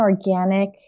organic